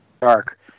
Dark